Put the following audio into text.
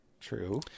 True